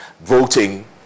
Voting